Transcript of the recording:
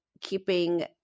keeping